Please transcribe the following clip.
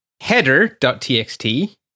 header.txt